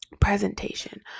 presentation